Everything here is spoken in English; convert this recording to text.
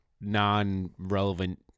non-relevant